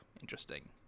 interesting